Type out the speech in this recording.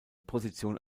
position